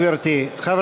אנחנו